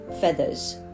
feathers